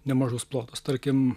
nemažus plotus tarkim